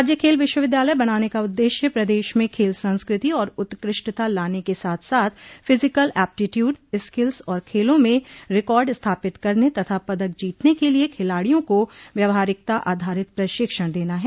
राज्य खेल विश्वविद्यालय बनाने का उददेश्य प्रदेश में खेलसंस्कृति और उत्कृष्टता लाने के साथ साथ फिजिकिल एप्टीट्यूड स्किल्स और खेलों में रिकार्ड स्थापित करने तथा पद्क जीतने के लिए खिलाड़ियों को व्यवहारिकता आधारित प्रशिक्षण देना है